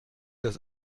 das